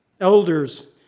elders